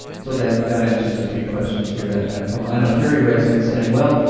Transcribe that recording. so that that answers a few questions here that have come on, i know terry writes in saying, well,